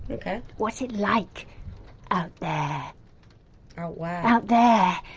ok, what's it like out there? out where? out there.